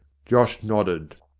josh nodded.